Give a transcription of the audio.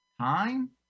time